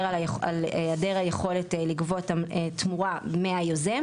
על היעדר היכולת לגבות תמורה מהיוזם,